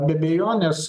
be abejonės